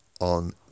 on